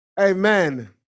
Amen